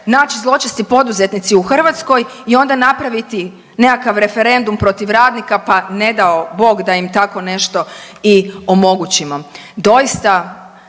naći zločesti poduzetnici u Hrvatskoj i onda napraviti nekakav referendum protiv radnika, pa ne dao bog da im tako nešto i omogućimo.